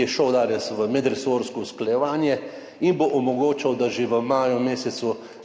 je šel danes v medresorsko usklajevanje in bo omogočal, da gremo že v mesecu